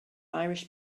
irish